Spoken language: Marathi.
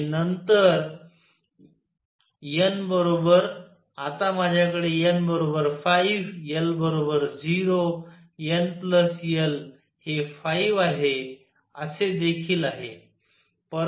आणि नंतर n बरोबर आता माझ्याकडे n 5 l 0 n l हे 5 आहे असे देखील आहे